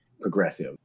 progressive